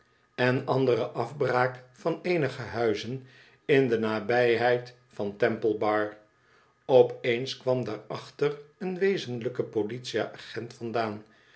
en andere afbraak van eenige huizen in de nabijheid van temple bar op eens kwam daarachter een wezenlijke politieagent vandaan